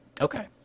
Okay